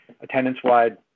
attendance-wide